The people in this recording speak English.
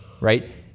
right